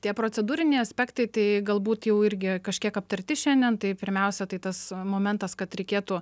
tie procedūriniai aspektai tai galbūt jau irgi kažkiek aptarti šiandien tai pirmiausia tai tas momentas kad reikėtų